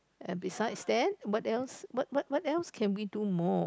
and besides that what else what what what else can we do more